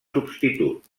substitut